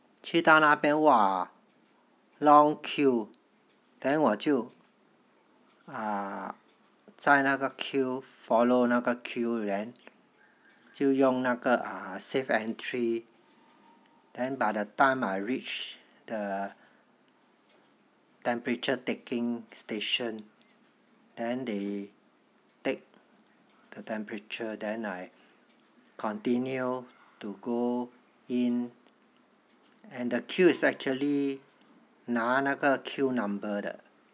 去到那边 !wah! long queue then 我就啊在那个 queue follow 那个 queue then 就用那个 safe en~ entry then by the time I reach the temperature taking station then they take the temperature then I continue to go in and the queue is actually 拿那个 queue number 的